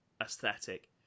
aesthetic